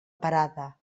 parada